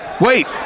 Wait